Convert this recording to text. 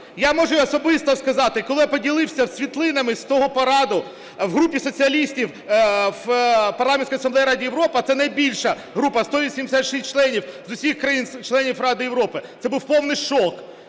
Я можу особисто сказати: коли я поділився світлинами з того параду в групі соціалістів – в Парламентській асамблеї Ради Європи це найбільша група, 186 членів з усіх країн-членів Ради Європи – це був повний шок.